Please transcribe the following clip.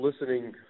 listening